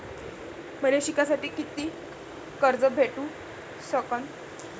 मले शिकासाठी कितीक कर्ज भेटू सकन?